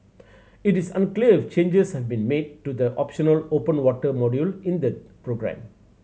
it is unclear if changes have been made to the optional open water module in the programme